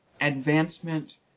advancement